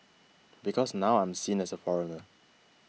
because now I'm seen as a foreigner